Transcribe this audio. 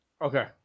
okay